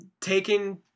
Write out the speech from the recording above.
taking